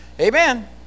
Amen